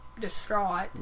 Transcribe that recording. distraught